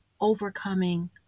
overcoming